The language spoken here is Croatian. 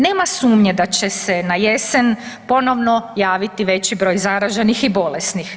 Nema sumnje da će se na jesen ponovno javiti veći broj zaraženih i bolesti.